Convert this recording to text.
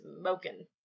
smoking